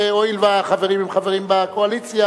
והואיל והחברים הם חברים בקואליציה,